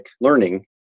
learning